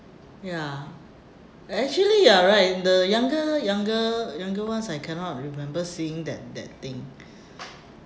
ya but actually you are right the younger younger younger ones I cannot remember seeing that that thing